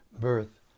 birth